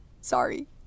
sorry